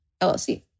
LLC